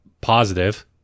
positive